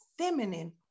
feminine